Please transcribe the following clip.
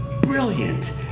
Brilliant